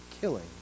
killing